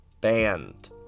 banned